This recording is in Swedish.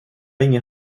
ingen